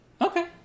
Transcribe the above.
Okay